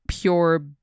pure